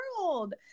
world